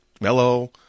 mellow